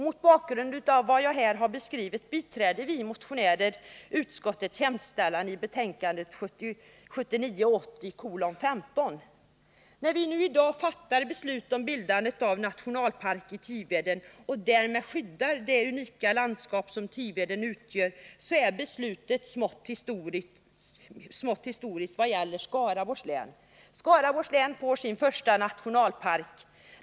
Mot bakgrund av vad jag här har beskrivit biträder vi motionärer utskottets hemställan i betänkandet 1979/80:15. När vi nu i dag fattar beslut om bildande av nationalpark i Tiveden och därmed skyddar det unika landskap som Görtiven utgör, är beslutet smått historiskt vad gäller Skaraborgs län. Skaraborgs län får sin första nationalpark.